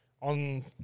on